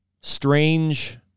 strange